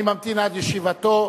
אני ממתין עד ישיבתו.